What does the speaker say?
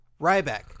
Ryback